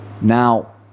Now